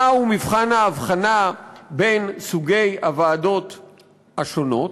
מהו מבחן ההבחנה בין סוגי הוועדות השונות?